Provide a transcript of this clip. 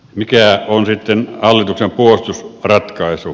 mikä on sitten hallituksen puolustusratkaisu